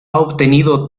obtenido